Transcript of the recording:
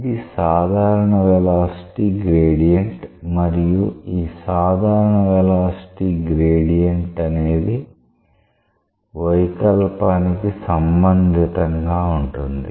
ఇది సాధారణ velocity gradient మరియు ఈ సాధారణ వెలాసిటీ గ్రేడియంట్ అనేది వైకల్పానికి సంబంధితంగా ఉంటుంది